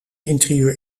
interieur